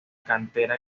cantera